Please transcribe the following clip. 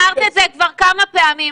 אמרת את זה כבר כמה פעמים,